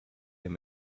him